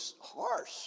harsh